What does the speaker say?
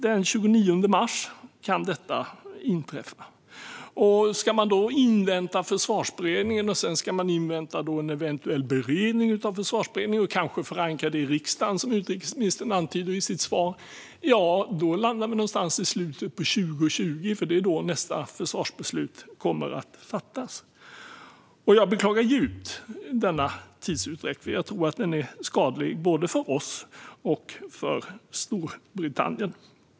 Den 29 mars kan detta inträffa. Ska man då invänta Försvarsberedningen och sedan en eventuell beredning och kanske en förankring i riksdagen, som utrikesministern antyder i sitt svar, landar vi någonstans vid slutet av 2020, för det är då nästa försvarsbeslut kommer att fattas. Jag beklagar denna tidsutdräkt djupt, för jag tror att den är skadlig både för oss och för Storbritannien.